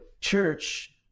Church